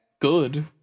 good